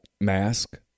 mask